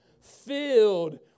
filled